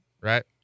right